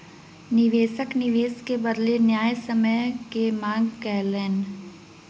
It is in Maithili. निवेशक निवेश के बदले न्यायसम्य के मांग कयलैन